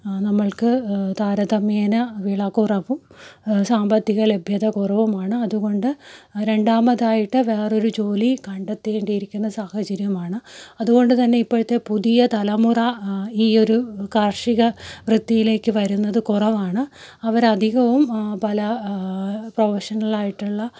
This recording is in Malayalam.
നമ്മൾക്ക് താരതമ്യേന വിള കുറവും സാമ്പത്തിക ലഭ്യത കുറവുമാണ് അതുകൊണ്ട് രണ്ടാമതായിട്ട് വേറൊരു ജോലി കണ്ടത്തേണ്ടിയിരിക്കുന്ന സാഹചര്യമാണ് അതുകൊണ്ട് തന്നെ ഇപ്പോഴത്തെ പുതിയ തലമുറ ഈ ഒരു കാർഷിക വൃത്തിയിലേക്ക് വരുന്നത് കുറവാണ് അവർ അധികവും പല പ്രൊഫഷണൽ ആയിട്ടുള്ള